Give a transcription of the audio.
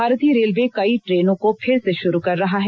भारतीय रेलवे कई ट्रेनों को फिर से शुरू कर रहा है